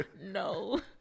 no